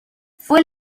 fue